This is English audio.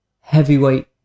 heavyweight